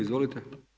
Izvolite.